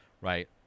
right